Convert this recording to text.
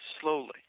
Slowly